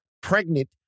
pregnant